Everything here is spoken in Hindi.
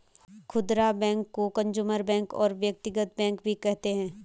खुदरा बैंक को कंजूमर बैंक और व्यक्तिगत बैंक भी कहते हैं